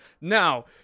now